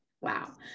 Wow